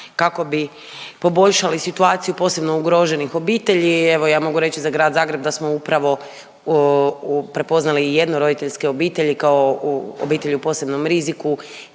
kako bi poboljšali situaciju, posebno ugroženih obitelji. Evo, ja mogu reći za Grad Zagreb, da smo upravo u, prepoznali jednoroditeljske obitelji kao u, obitelj u posebnom riziku